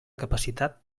capacitat